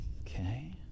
Okay